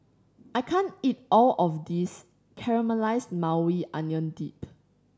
I can't eat all of this Caramelized Maui Onion Dip